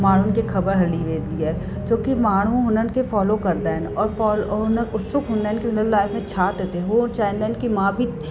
माण्हुनि खे ख़बर हली वेंदी आहे छो की माण्हू हुननि खे फ़ॉलो कंदा आहिनि और फ़ॉलो और न उत्सुक हूंदा आहिनि की उन लाइफ़ में छा थो थिए हो चाहींदा आहिनि की मां बि